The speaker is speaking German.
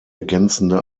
ergänzende